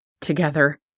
together